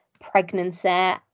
pregnancy